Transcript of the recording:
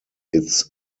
its